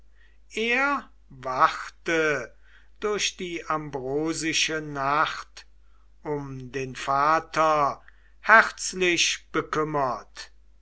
er wachte durch die ambrosische nacht um den vater herzlich bekümmert